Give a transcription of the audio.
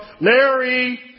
Larry